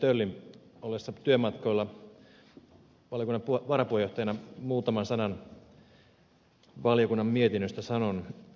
töllin ollessa työmatkoilla valiokunnan varapuheenjohtajana muutaman sanan valiokunnan mietinnöstä sanon